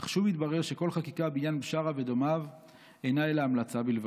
אך שוב התברר שכל חקיקה בעניין בשארה ודומיו אינה אלא המלצה בלבד.